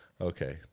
Okay